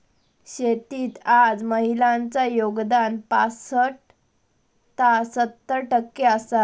शेतीत आज महिलांचा योगदान पासट ता सत्तर टक्के आसा